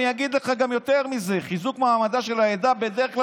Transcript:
אני אגיד לך גם יותר מזה: חיזוק מעמדה של העדה בדרך כלל